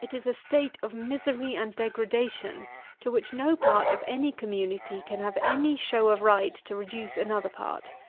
it is a state of misery and degradation to which no part of any community can have any show of right to reduce another part